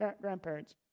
grandparents